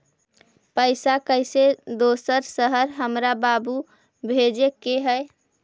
पैसा कैसै दोसर शहर हमरा बाबू भेजे के है?